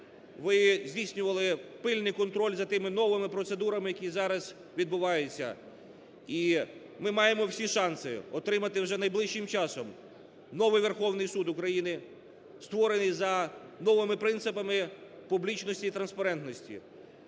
ви здійснювали пильний контроль за тими новими процедурами, які зараз відбуваються, і ми маємо всі шанси отримати вже найближчим часом новий Верховний Суд України створений за новими принципами публічності і транспарентності.